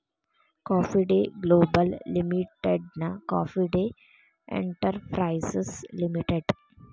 coffee Day Global ಲಿಮಿಟೆಡ್ನ Coffee Day Enterprises limited